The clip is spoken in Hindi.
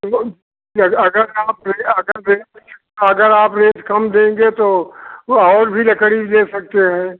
वह कि अग अगर आप कहे आ कर के अगर आप रेट कम देंगे तो वह और भी लकड़ी ले सकते हैं